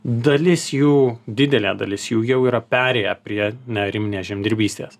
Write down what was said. dalis jų didelė dalis jų jau yra perėję prie nearim žemdirbystės